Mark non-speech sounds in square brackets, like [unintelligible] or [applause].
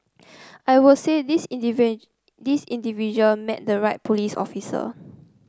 I would say this [unintelligible] this individual met the right police officer